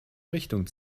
richtung